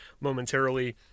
momentarily